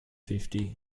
fifty